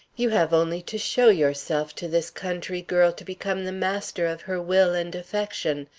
you have only to show yourself to this country girl to become the master of her will and affection,